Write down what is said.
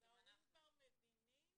וההורים כבר מבינים